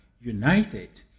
united